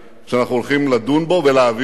שאנחנו הולכים לדון בו ולהעביר אותו,